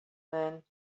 men